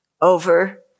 over